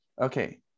okay